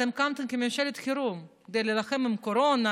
אתם קמתם כממשלת חירום כדי להילחם בקורונה,